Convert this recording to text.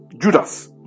Judas